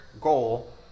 goal